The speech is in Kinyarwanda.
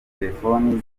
telefoni